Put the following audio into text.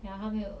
ya 他没有